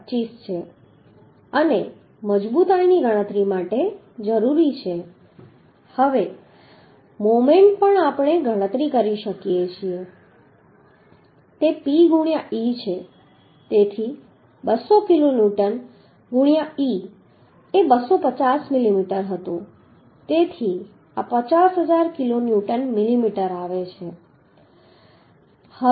25 છે અને મજબૂતાઈની ગણતરી માટે જરૂરી છે હવે મોમેન્ટ પણ આપણે ગણતરી કરી શકીએ છીએ કે તે P ગુણ્યાં e છે તેથી 200 કિલોન્યુટન ગુણ્યાં e એ 250 મિલીમીટર હતું તેથી આ 50000 કિલોન્યુટન મિલીમીટર આવે છે